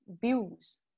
views